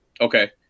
okay